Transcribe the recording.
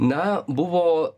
na buvo